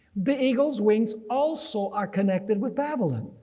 the eagle's wings also are connected with babylon.